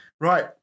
Right